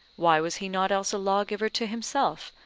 why was he not else a lawgiver to himself,